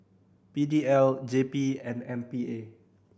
P D L J P and M P A